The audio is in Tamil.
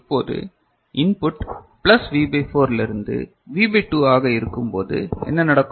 இப்போது இன்புட் பிளஸ் V பை 4 இல்லிருந்து V பை 2 ஆக இருக்கும்போது என்ன நடக்கும்